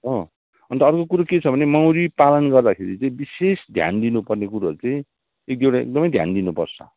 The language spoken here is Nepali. हो अन्त अर्को कुरो के छ भने मौरी पालन गर्दाखेरि चाहिँ विशेष ध्यान दिनुपर्ने कुरोहरू चाहिँ एक दुईवटा एकदमै ध्यान दिनुपर्छ